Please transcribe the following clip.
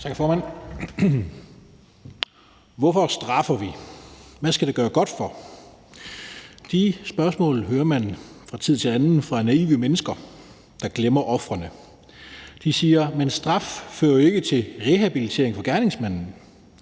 Hvorfor straffer vi? Hvad skal det gøre godt for? De spørgsmål hører man fra tid til anden fra naive mennesker, der glemmer ofrene. De siger: Jamen straf fører ikke til rehabilitering for gerningsmanden.